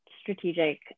strategic